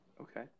Okay